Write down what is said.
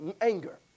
anger